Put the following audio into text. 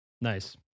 Nice